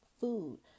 food